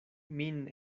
min